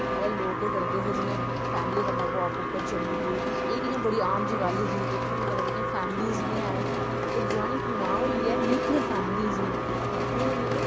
पैह्ले लोक केह् करदे हे जियां फैमली कन्नै वाक उप्पर चली गे इ'यां बड़ी आम जेही गल्ल ही ते हून कन्नै जेह्कियां फैमलीस बी हैन ओह् जाईंट नां होईयै न्युकिलर फैमलीस न हून